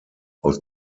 aus